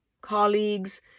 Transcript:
colleagues